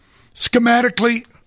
schematically